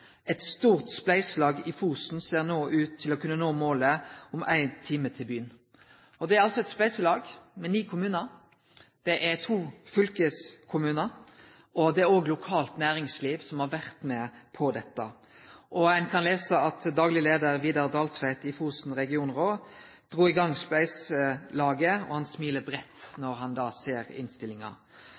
Et stort spleiselag i Fosen ser nå ut til å kunne nå målet om «Ei time te by’n». Det er altså eit spleiselag med ni kommunar, to fylkeskommunar og òg lokalt næringsliv som har vore med på dette. Ein kan lese at dagleg leiar Vidar Daltveit i Fosen regionråd «dro i gang spleiselaget», og at han smilte breitt då han såg innstillinga.